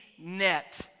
net